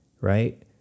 Right